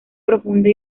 profunda